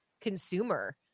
consumer